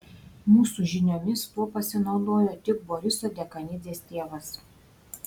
mūsų žiniomis tuo pasinaudojo tik boriso dekanidzės tėvas